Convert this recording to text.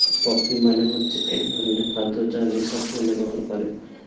poppy মানে হচ্ছে এক ধরনের খাদ্য যা নেশার জন্যে ব্যবহার করে